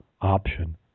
option